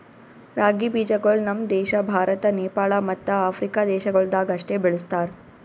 ರಾಗಿ ಬೀಜಗೊಳ್ ನಮ್ ದೇಶ ಭಾರತ, ನೇಪಾಳ ಮತ್ತ ಆಫ್ರಿಕಾ ದೇಶಗೊಳ್ದಾಗ್ ಅಷ್ಟೆ ಬೆಳುಸ್ತಾರ್